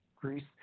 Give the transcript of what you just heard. Greece